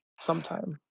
sometime